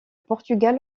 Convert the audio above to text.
portugal